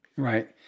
Right